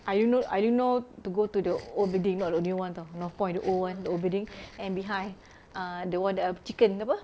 I only know I only know to go to the old building not the new one tahu northpoint the old one the old building and behind uh the one the uh chicken apa